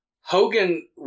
Hogan